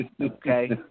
okay